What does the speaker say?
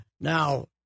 Now